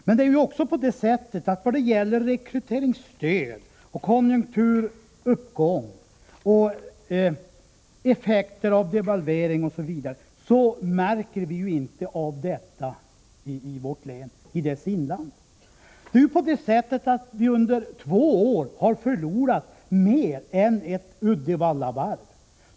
Men när det gäller rekryteringsstöd, konjunkturuppgång, devalveringseffekter m.m. märker vi ingenting i Västerbottens inland. Under två år har vi i länet förlorat mer än ett Uddevallavarv.